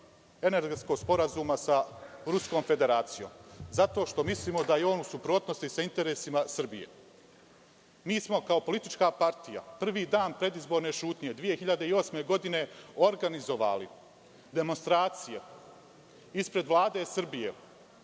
Energetskog sporazuma sa Ruskom Federacijom, zato što mislimo da je on u suprotnosti sa interesima Srbije. Mi smo kao politička partija prvi dan predizborne ćutnje 2008. godine organizovali demonstracije ispred Vlade Srbije